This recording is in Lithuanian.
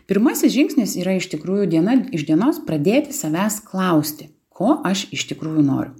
pirmasis žingsnis yra iš tikrųjų diena iš dienos pradėti savęs klausti ko aš iš tikrųjų noriu